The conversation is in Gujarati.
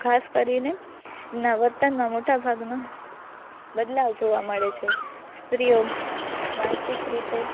ખાસ કરીને એમનાં વર્તનમાં મોટાભાગનો બદલાવ જોવા મળે છે સ્ત્રીઓ માનસિક રીતે